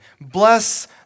Bless